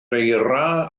eira